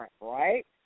right